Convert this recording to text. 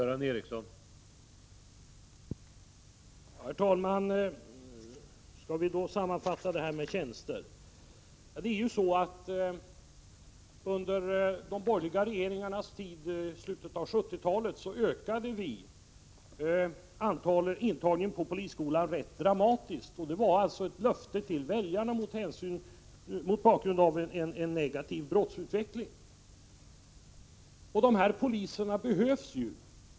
Herr talman! Skall vi då sammanfatta detta med tjänsterna. Under de borgerliga regeringarnas tid i slutet av 1970-talet ökade vi intagningen till polisskolan rätt dramatiskt. Det var infriandet av ett löfte till väljarna mot bakgrund av en negativ brottsutveckling. De här poliserna behövs ju.